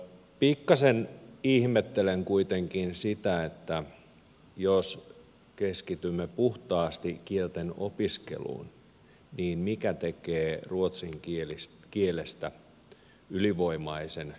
pikkasen ihmettelen kuitenkin sitä että jos keskitymme puhtaasti kieltenopiskeluun niin mikä tekee ruotsin kielestä ylivoimaisen porttikielen